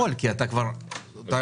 זה בדיוק --- ממתי?